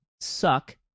suck